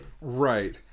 Right